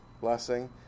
blessing